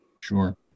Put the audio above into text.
Sure